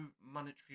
monetary